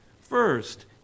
First